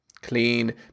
clean